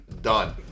Done